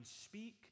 speak